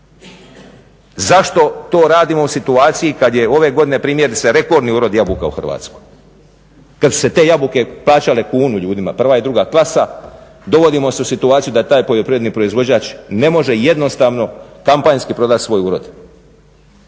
Zašto to radimo u situaciji kada je ove godine primjerice rekordni uroda jabuka u Hrvatskoj kada su se te jabuke plaćale kunu ljudima, prva i druga klasa, dovodimo se u situaciju da poljoprivredni proizvođač ne može jednostavno kampanjski prodati svoj urod.